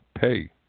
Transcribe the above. pay